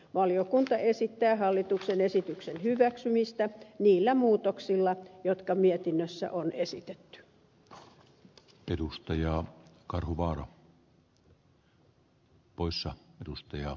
valiokunta esittää hallituksen esityksen hyväksymistä niillä muutoksilla jotka mietinnössä on esitetty